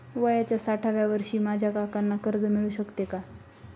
वयाच्या साठाव्या वर्षी माझ्या काकांना कर्ज मिळू शकतो का?